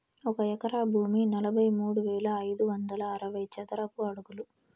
ఒక ఎకరా భూమి నలభై మూడు వేల ఐదు వందల అరవై చదరపు అడుగులు